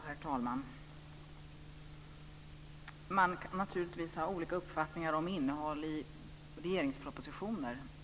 Herr talman! Man kan naturligtvis ha olika uppfattningar om innehåll i regeringspropositioner.